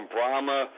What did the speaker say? Brahma